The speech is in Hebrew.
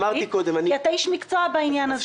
כי אתה איש מקצוע בעניין זה.